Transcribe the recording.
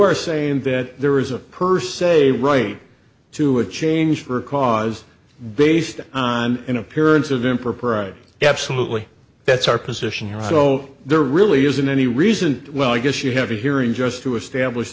are saying that there is a person a right to a change for a cause based on an appearance of impropriety absolutely that's our position here so there really isn't any reason well i guess you have a hearing just to establish